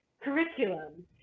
curriculum